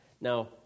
Now